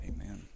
Amen